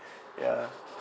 ya